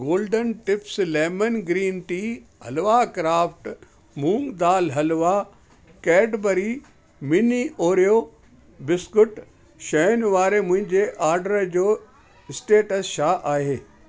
golden tips lemon green tea halwa craft moong dal halwa Cadbury mini Oreo biscuit शयुनि वारे मुंहिंजे order जो स्टेटस छा आहे